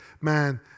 man